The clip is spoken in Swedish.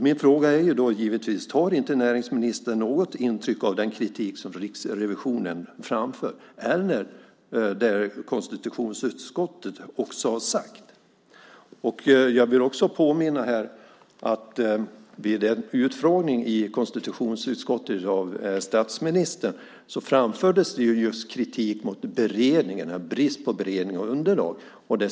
Min fråga blir givetvis om näringsministern inte alls tar intryck av den kritik som Riksrevisionen har framfört eller av det som konstitutionsutskottet har sagt. Jag vill också påminna om att det vid en utfrågning av statsministern i konstitutionsutskottet framfördes kritik mot just bristen på beredning och underlag.